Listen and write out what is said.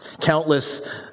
Countless